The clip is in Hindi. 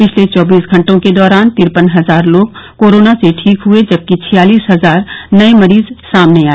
पिछले चौबीस घंटे के दौरान तिरपन हजार लोग कोरोना से ठीक हए जबकि छियालिस हजार नए मरीज सामने आए